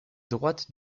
droite